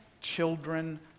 children